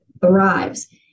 thrives